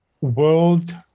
world